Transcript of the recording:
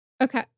Okay